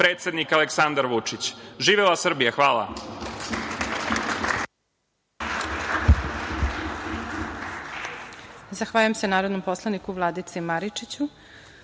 predsednik Aleksandar Vučić. Živela Srbija! Hvala.